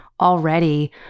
already